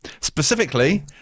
specifically